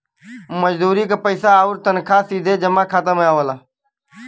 मजदूरी क पइसा आउर तनखा सीधे जमा खाता में आवला